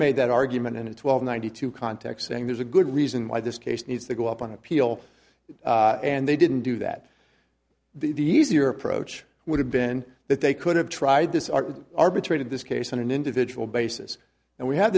made that argument in a twelve ninety two context saying there's a good reason why this case needs to go up on appeal and they didn't do that the easier approach would have been that they could have tried this are arbitrated this case on an individual basis and we had